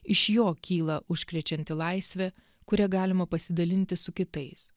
iš jo kyla užkrečianti laisvę kuria galima pasidalinti su kitais